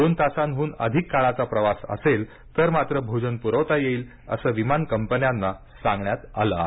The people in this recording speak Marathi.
दोन तासांहून अधिक काळाचा प्रवास असेल तर मात्र भोजन पुरवता येईल असं विमान कंपन्यांना सांगण्यात आलं आहे